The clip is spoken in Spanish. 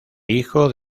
hijo